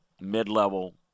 mid-level